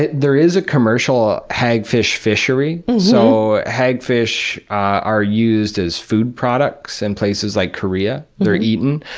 there is a commercial hagfish fishery so hagfish are used as food products in places like korea, they're eaten,